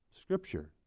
Scripture